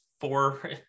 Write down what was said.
four